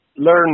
learn